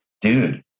dude